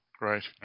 Right